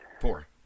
Four